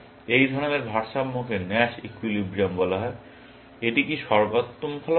এই ধরনের ভারসাম্যকে ন্যাশ ইকুইলিব্রিয়াম বলা হয় কিন্তু এটি কি সর্বোত্তম ফলাফল